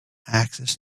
access